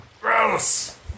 Gross